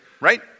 right